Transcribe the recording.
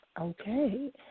Okay